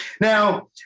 Now